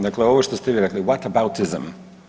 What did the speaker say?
Dakle, ovo što ste vi rekli whataboutizam.